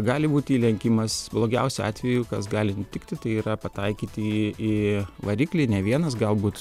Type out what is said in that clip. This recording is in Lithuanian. gali būti įlenkimas blogiausiu atveju kas gali nutikti tai yra pataikyti į variklį ne vienas galbūt